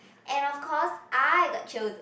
and of course I got chosen